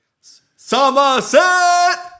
Somerset